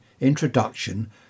Introduction